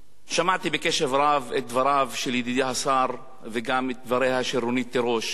שמעתי בקשב רב את דבריו של ידידי השר וגם את דבריה של רונית תירוש.